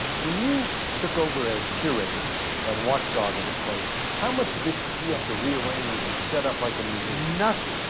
when you took over as curator and watchdog of this place, how much of this did you have to rearrange and set up like a museum? nothing.